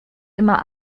immer